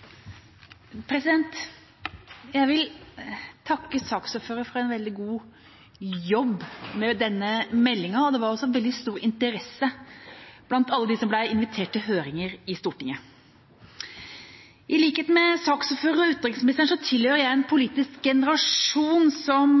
det var også veldig stor interesse blant alle dem som ble invitert til høringer i Stortinget. I likhet med saksordføreren og utenriksministeren tilhører jeg en politisk generasjon som